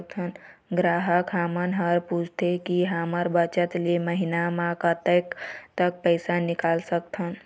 ग्राहक हमन हर पूछथें की हमर बचत ले महीना मा कतेक तक पैसा निकाल सकथन?